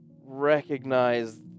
recognize